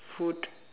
food